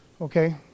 Okay